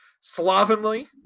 slovenly